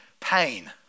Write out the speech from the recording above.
Pain